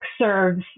serves